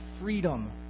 freedom